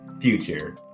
future